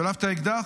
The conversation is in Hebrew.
שלף את האקדח.